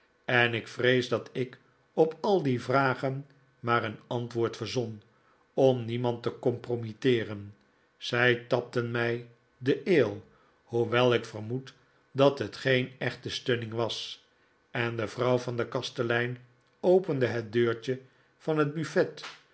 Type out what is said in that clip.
en ik vrees dat ik op al die vragen maar een antwoord verzon om niemand te compromiteeren zij tapten mij den ale hoewel ik vermoed dat het geen echte stunning was en de vrouw van den kastelein opende het deurtje van het buffet